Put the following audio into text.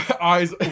Eyes